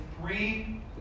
three